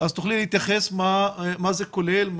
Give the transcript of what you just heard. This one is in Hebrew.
תוכלי להתייחס מה זה כולל?